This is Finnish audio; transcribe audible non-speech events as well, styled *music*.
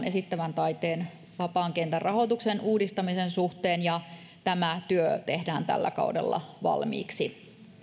*unintelligible* esittävän taiteen vapaan kentän rahoituksen uudistamisen suhteen ja tämä työ tehdään tällä kaudella valmiiksi